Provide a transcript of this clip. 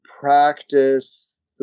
practice